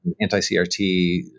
anti-crt